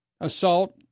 assault